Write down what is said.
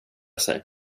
sig